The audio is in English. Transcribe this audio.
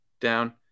Down